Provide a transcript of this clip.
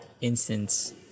instance